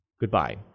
Goodbye